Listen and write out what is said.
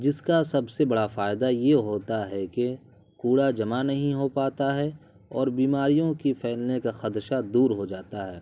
جس کا سب سے بڑا فائدہ یہ ہوتا ہے کہ کوڑا جمع نہیں ہو پاتا ہے اور بیماریوں کی پھیلنے کا خدشہ دور ہو جاتا ہے